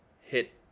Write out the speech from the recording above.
hit